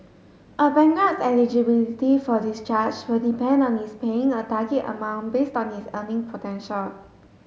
a bankrupt's eligibility for discharge will depend on his paying a target amount based on his earning potential